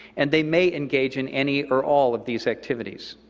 and they may engage in any or all of these activities.